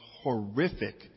horrific